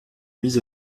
mis